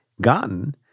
gotten